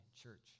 church